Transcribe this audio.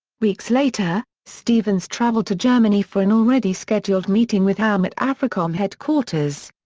weeks later, stevens traveled to germany for an already scheduled meeting with ham at africom headquarters.